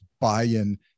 buy-in